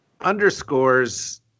underscores